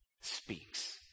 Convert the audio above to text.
speaks